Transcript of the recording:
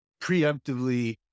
preemptively